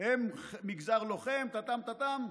הם מגזר לוחם, טטאם טטאם,